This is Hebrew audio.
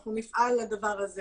אנחנו נפעל לדבר הזה